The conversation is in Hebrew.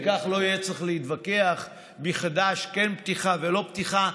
וכך לא יהיה צריך להתווכח מחדש: כן פתיחה ולא פתיחה.